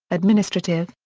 administrative,